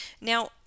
Now